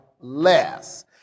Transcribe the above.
less